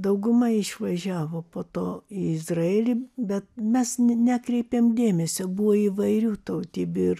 dauguma išvažiavo po to į izraelį bet mes ne nekreipėm dėmesio buvo įvairių tautybių ir